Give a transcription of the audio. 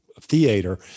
theater